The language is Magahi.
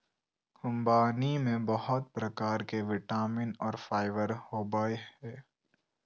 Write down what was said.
ख़ुबानी में बहुत प्रकार के विटामिन और फाइबर होबय हइ